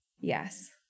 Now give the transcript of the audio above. Yes